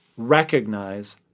recognize